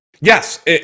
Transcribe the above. Yes